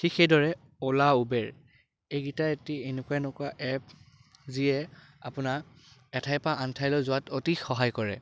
ঠিক সেইদৰে Ola Uber এইকেইটা এটি এনেকুৱা এনেকুৱা এপ যিয়ে আপোনাক এঠাইৰ পৰা আন ঠাইলৈ যোৱাত অতি সহায় কৰে